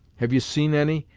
have you seen any,